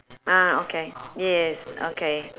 ah okay yes okay